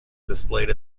displayed